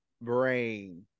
brain